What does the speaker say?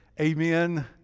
Amen